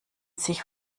sich